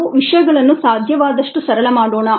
ನಾವು ವಿಷಯಗಳನ್ನು ಸಾಧ್ಯವಾದಷ್ಟು ಸರಳ ಮಾಡೋಣ